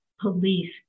police